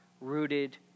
rooted